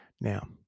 Now